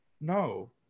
no